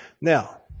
Now